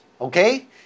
Okay